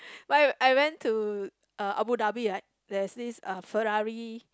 but I I went to uh Abu-Dhabi right there's this uh Ferrari